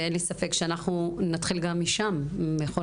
אין לי ספק שאנחנו נתחיל גם משם בכל